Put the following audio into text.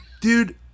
Dude